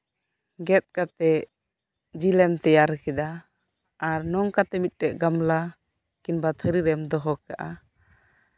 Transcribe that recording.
ᱜᱮᱫ ᱠᱟᱛᱮ ᱡᱮᱞᱮᱢ ᱛᱮᱭᱟᱨ ᱠᱮᱫᱟ ᱟᱨ ᱱᱚᱝᱠᱟᱛᱮ ᱢᱤᱫ ᱴᱮᱱ ᱜᱟᱸᱵᱽᱞᱟ ᱠᱤᱝᱵᱟ ᱛᱷᱟᱨᱤ ᱨᱮᱢ ᱫᱚᱦᱚ ᱠᱟᱜᱼᱟ